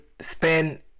spend